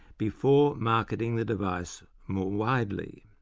before marketing the device more widely.